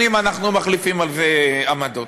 שנים אנחנו מחליפים על זה עמדות.